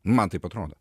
man taip atrodo